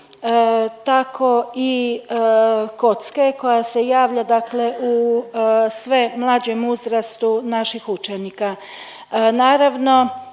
tako i kocke koja se javlja dakle u sve mlađem uzrastu naših učenika.